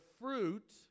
fruit